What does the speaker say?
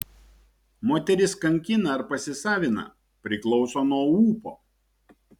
moteris kankina ar pasisavina priklauso nuo ūpo